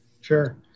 Sure